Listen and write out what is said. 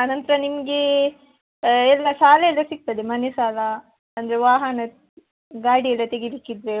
ಅನಂತರ ನಿಮಗೆ ಎಲ್ಲ ಸಾಲ ಎಲ್ಲ ಸಿಗ್ತದೆ ಮನೆ ಸಾಲ ಅಂದರೆ ವಾಹನ ಗಾಡಿಯೆಲ್ಲ ತೆಗಿಬೇಕಿದ್ದರೆ